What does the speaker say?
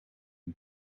het